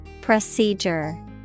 Procedure